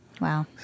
Wow